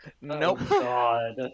Nope